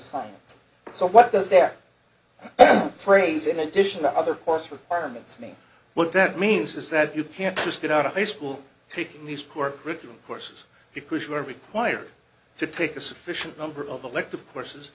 son so what does that phrase in addition to other course requirements mean what that means is that you can't just get out of high school pick these core curriculum courses because you are required to take a sufficient number of elective courses